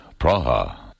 Praha